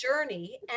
journey